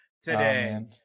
today